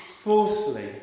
Fourthly